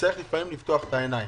שצריך לפקוח את העיניים.